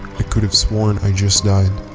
i could've sworn i just died.